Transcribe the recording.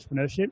entrepreneurship